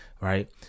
right